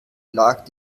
lag